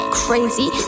crazy